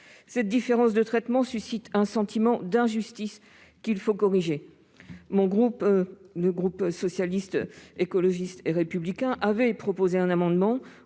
Cette différence de traitement inspire un sentiment d'injustice auquel il faut répondre. Les élus du groupe Socialiste, Écologiste et Républicain avaient proposé un amendement